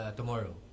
tomorrow